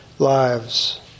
lives